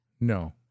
No